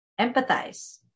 empathize